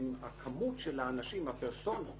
מספר הפרסונות